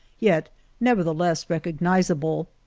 yet nevertheless recognizable.